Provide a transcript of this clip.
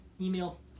email